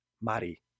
Mari